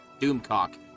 Doomcock